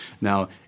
Now